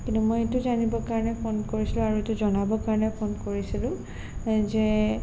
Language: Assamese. কিন্তু মই এইটো জানিবৰ কাৰণে ফোন কৰিছিলোঁ আৰু এইটো জনাবৰ কাৰণে ফোন কৰিছিলোঁ যে